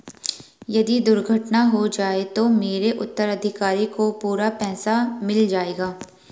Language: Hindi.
यदि दुर्घटना हो जाये तो मेरे उत्तराधिकारी को पूरा पैसा मिल जाएगा?